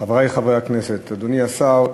חברי חברי הכנסת, אדוני השר,